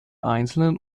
einzelnen